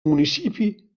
municipi